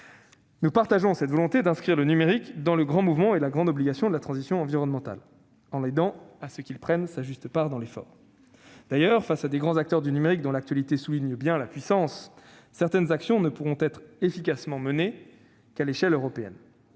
Nous partageons la volonté d'inscrire le numérique dans le grand mouvement et la grande obligation de la transition environnementale, en l'aidant à prendre sa juste part dans l'effort. Face aux grands acteurs du numérique dont l'actualité souligne bien la puissance, certaines actions ne pourront être efficacement menées qu'à l'échelle européenne.